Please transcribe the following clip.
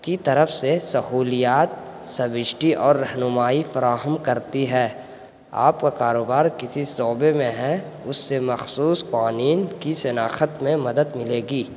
کی طرف سے سہولیات سبسڈی اور رہنمائی فراہم کرتی ہے آپ کا کاروبار کسی شعبے میں ہے اس سے مخصوص قوانین کی شناخت میں مدد ملے گی